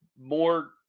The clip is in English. more